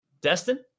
Destin